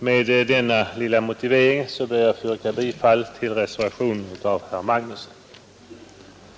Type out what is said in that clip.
Med denna motivering ber jag att få yrka bifall till reservationen av herr Magnusson i Borås m.fl.